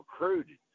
recruited